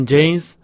James